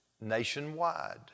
nationwide